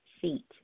seat